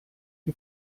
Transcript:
che